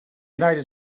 united